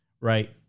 right